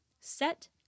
set